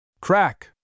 Crack